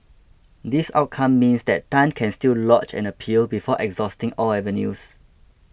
this outcome means that Tan can still lodge an appeal before exhausting all avenues